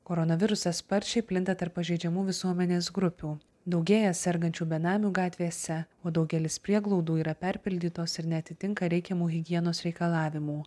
koronavirusas sparčiai plinta tarp pažeidžiamų visuomenės grupių daugėja sergančių benamių gatvėse o daugelis prieglaudų yra perpildytos ir neatitinka reikiamų higienos reikalavimų